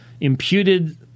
imputed